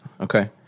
okay